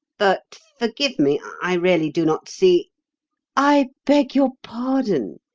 but forgive me, i really do not see i beg your pardon,